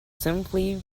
simply